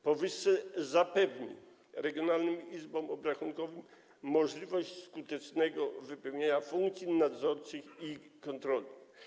Powyższe zapewni regionalnym izbom obrachunkowym możliwość skutecznego wypełnienia funkcji nadzorczych i kontrolnych.